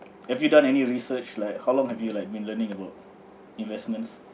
have you done any research like how long have you like been learning about investments